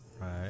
Right